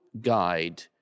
Guide